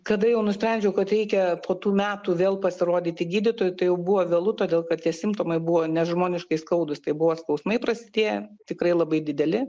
kada jau nusprendžiau kad reikia po tų metų vėl pasirodyti gydytojui tai jau buvo vėlu todėl kad tie simptomai buvo nežmoniškai skaudūs tai buvo skausmai prasidėję tikrai labai dideli